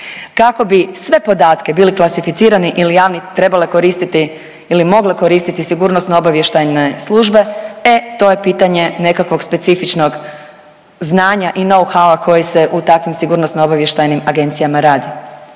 Kako bi sve podatke bili klasificirani ili javni trebale koristiti ili mogle koristiti sigurnosno-obavještajne službe, e to je pitanje nekakvog specifičnog znanja i know how koji se u takvim sigurnosno-obavještajnim agencijama radi.